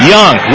Young